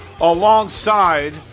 alongside